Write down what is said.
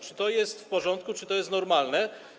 Czy to jest w porządku, czy to jest normalne?